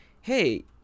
hey